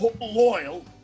loyal